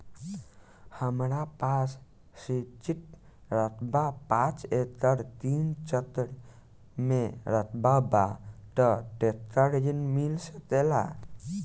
हमरा पास सिंचित रकबा पांच एकड़ तीन चक में रकबा बा त ट्रेक्टर ऋण मिल सकेला का?